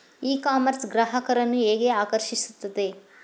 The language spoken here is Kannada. ಇ ಕಾಮರ್ಸ್ ಗ್ರಾಹಕರನ್ನು ಹೇಗೆ ಆಕರ್ಷಿಸುತ್ತದೆ?